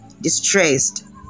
distressed